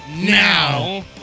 now